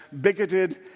bigoted